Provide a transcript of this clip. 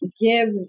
give